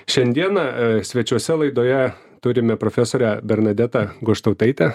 šiandieną svečiuose laidoje turime profesorę bernadetą goštautaitę